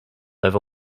over